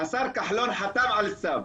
השר כחולון חתם על צו,